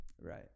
Right